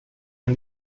man